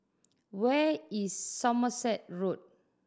where is Somerset Road